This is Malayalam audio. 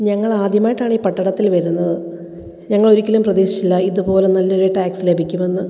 ഞങ്ങൾ ആദ്യമായിട്ടാണ് ഈ പട്ടണത്തിൽ വരുന്നത് ഞങ്ങൾ ഒരിക്കലും പ്രതീക്ഷിച്ചില്ല ഇതുപോലെ നല്ല ഒരു ടാക്സി ലഭിക്കുമെന്ന്